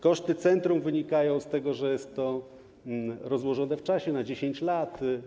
Koszty centrum wynikają z tego, że jest to rozłożone w czasie na 10 lat.